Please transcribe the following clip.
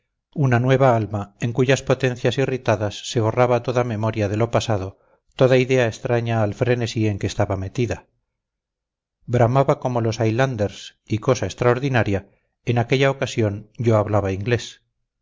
una nueva alma en cuyas potencias irritadas se borraba toda memoria de lo pasado toda idea extraña al frenesí en que estaba metida bramaba como los highlanders y cosa extraordinaria en aquella ocasión yo hablaba inglés